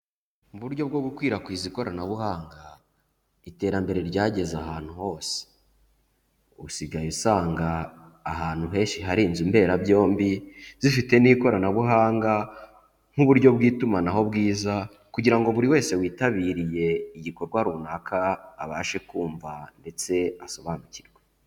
Mu buryo bwo gukwirakwiza ikoranabuhanga, iterambere ryageze ahantu hose, usigaye usanga ahantu henshi hari inzu mberabyombi zifite n'ikoranabuhanga nk'uburyo bw'itumanaho bwiza kugira ngo buri wese witabiye igikorwa runaka abashe kumva ndetse asobanukirwe.